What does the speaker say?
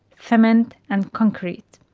cement and concrete.